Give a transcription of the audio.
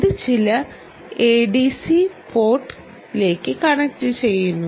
ഇത് ചില ADC port കണക്റ്ററാണ്